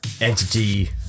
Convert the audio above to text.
entity